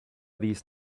these